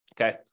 Okay